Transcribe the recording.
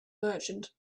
merchant